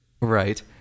right